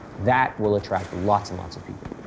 that will attract lots and lots of people.